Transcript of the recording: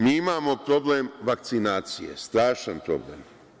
Mi imamo problem vakcinacije, strašan problem.